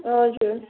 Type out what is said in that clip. हजुर